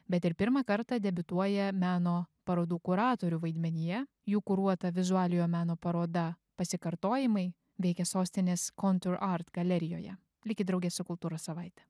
bet ir pirmą kartą debiutuoja meno parodų kuratorių vaidmenyje jų kuruota vizualiojo meno paroda pasikartojimai veikia sostinės kontr art galerijoje likit drauge su kultūros savaite